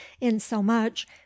insomuch